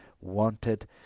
wanted